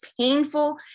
painful